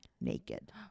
naked